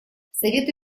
совету